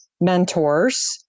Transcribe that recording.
mentors